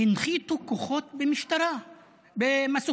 הנחיתו כוחות של משטרה במסוקים.